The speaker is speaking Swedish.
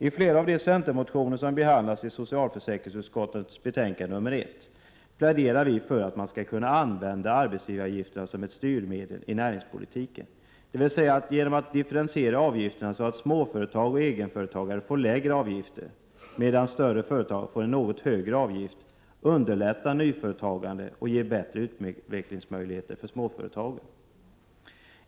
I flera av de centermotioner som behandlas i socialförsäkringsutskottets betänkande nr 1 pläderar vi för att man skall kunna använda arbetsgivaravgifterna som ett styrmedel i näringspolitiken. Genom att differentiera avgifterna så att småföretag och egenföretagare får lägre avgifter, medan de större företagen får något högre avgifter, underlättar man nyföretagandet och ger bättre utvecklingsmöjligheter för småföretagen.